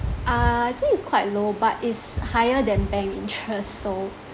uh I think it's quite low but it's higher than bank interest so